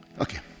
Okay